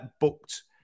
booked